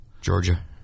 Georgia